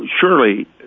surely